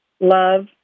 love